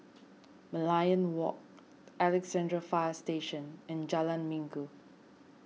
Merlion Walk Alexandra Fire Station and Jalan Minggu